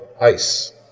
ice